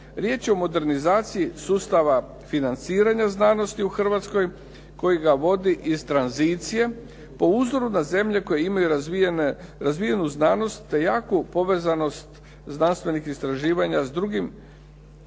Riječ je o modernizaciji sustava financiranja znanosti u Hrvatskoj koji ga vodi iz tranzicije po uzoru na zemlje koje imaju razvijenu znanost te jaku povezanost znanstvenih istraživanja s drugim